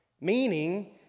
Meaning